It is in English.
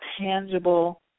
tangible